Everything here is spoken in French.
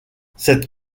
cette